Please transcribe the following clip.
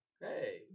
Hey